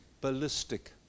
ballistic